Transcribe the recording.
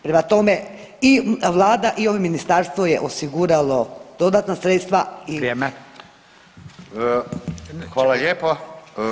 Prema tome i vlada i ovo ministarstvo je osiguralo dodatna sredstva [[Upadica: Vrijeme.]] i